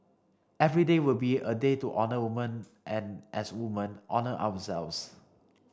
every day would be a day to honour woman and as woman honour ourselves